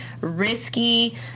risky